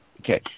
Okay